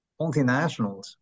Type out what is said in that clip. multinationals